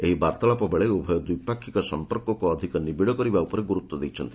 ଏହି ବାର୍ଭାଳାପ ବେଳେ ଉଭୟ ଦ୍ୱିପାକ୍ଷିକ ସଂପର୍କକୁ ଅଧିକ ନିବିଡ଼ କରିବା ଉପରେ ଗୁରୁତ୍ୱ ଦେଇଛନ୍ତି